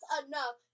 enough